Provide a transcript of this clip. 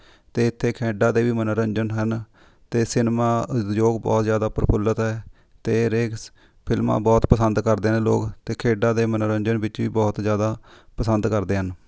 ਅਤੇ ਇੱਥੇ ਖੇਡਾਂ ਦੇ ਵੀ ਮਨੋਰੰਜਨ ਹਨ ਅਤੇ ਸਿਨੇਮਾ ਉਦਯੋਗ ਬਹੁਤ ਜ਼ਿਆਦਾ ਪ੍ਰਫੁੱਲਤ ਹੈ ਅਤੇ ਹਰੇਕ ਸ ਫਿਲਮਾਂ ਬਹੁਤ ਪਸੰਦ ਕਰਦੇ ਹਨ ਲੋਕ ਅਤੇ ਖੇਡਾਂ ਦੇ ਮਨੋਰੰਜਨ ਵਿੱਚ ਵੀ ਬਹੁਤ ਜ਼ਿਆਦਾ ਪਸੰਦ ਕਰਦੇ ਹਨ